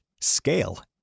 scale